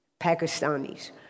Pakistanis